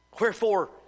Wherefore